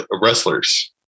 wrestlers